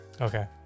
Okay